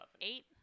Eight